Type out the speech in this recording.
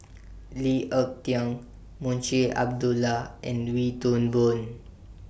Lee Ek Tieng Munshi Abdullah and Wee Toon Boon